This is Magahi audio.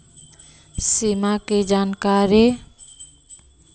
सिमा कि जानकारी?